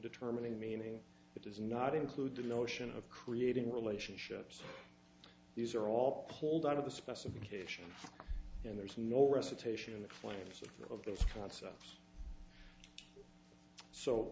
determining meaning it does not include the notion of creating relationships these are all pulled out of the specification and there's no recitation of claims of those concepts so